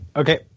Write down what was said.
okay